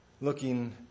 looking